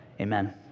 Amen